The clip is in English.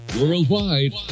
Worldwide